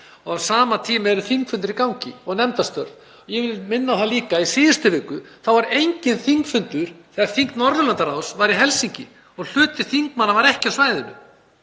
og á sama tíma eru þingfundir í gangi og nefndastörf. Ég vil minna á það líka að í síðustu viku var enginn þingfundur þegar þing Norðurlandaráðs var í Helsinki og hluti þingmanna var ekki á svæðinu.